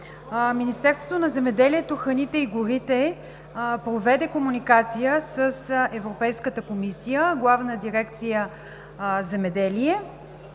Министерството на земеделието, храните и горите проведе комуникация с Европейската комисия. Главна дирекция „Земеделие“